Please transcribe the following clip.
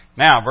Now